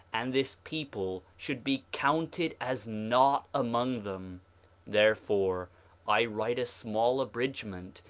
and this people should be counted as naught among them therefore i write a small abridgment,